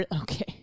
Okay